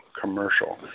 commercial